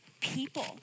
people